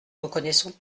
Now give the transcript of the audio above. reconnaissons